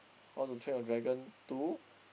How to Train Your Dragon Two